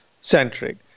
centric